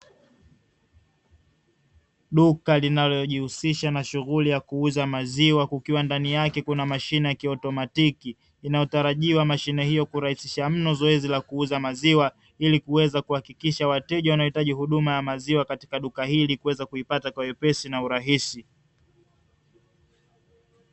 Duka linalojihusisha na shughuli ya kuuza maziwa kukiwa ndani yake na mashine ya kiotomatiki inayotarajiwa kurahisisha mno zoezi la kuuza maziwa ili kuweza kuhakikisha wateja wanaohitaji huduma ya maziwa katika duka hili kuweza kuipata kwa wepesi na urahisi.